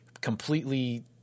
completely